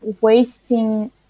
wasting